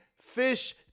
Fish